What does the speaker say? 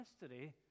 history